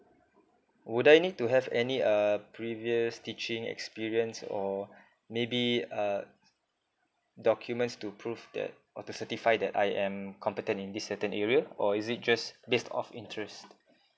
would I need to have any uh previous teaching experience or maybe err documents to prove that or to certify that I am competent in this certain area or is it just based of interest